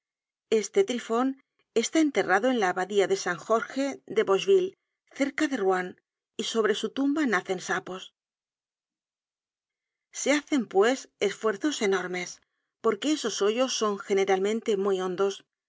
este trifon está enterrado en la abadía de san jorge de bocherville cerca de ruan y sobre su tumba nacen sapos se hacen pues esfuerzos enormes porque esos hoyos son generalmente muy hondos